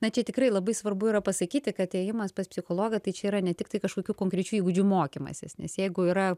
na čia tikrai labai svarbu yra pasakyti kad ėjimas pas psichologą tai čia yra ne tiktai kažkokių konkrečių įgūdžių mokymasis nes jeigu yra